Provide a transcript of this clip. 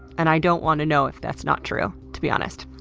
and i don't want to know if that's not true, to be honest.